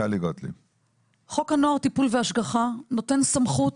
חוק הנוער (טיפול והשגחה) נותן סמכות